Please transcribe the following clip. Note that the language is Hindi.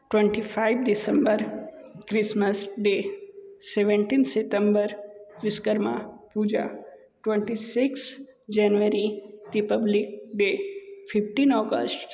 twenty five December Christmas day seventeen September Vishwakarma puja twenty six January Republic day fifteen August